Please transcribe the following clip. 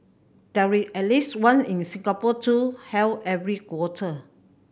there at least one in Singapore too held every quarter